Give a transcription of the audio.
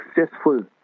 successful